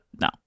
no